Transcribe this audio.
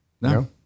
No